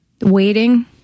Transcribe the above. waiting